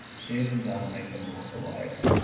shave them down and make them look alike,